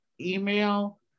email